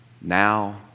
now